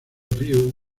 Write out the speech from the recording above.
view